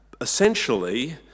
essentially